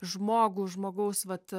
žmogų žmogaus vat